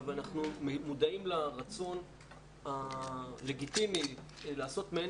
אנחנו מודעים לרצון הלגיטימי לעשות מעין